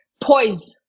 Poise